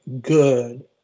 good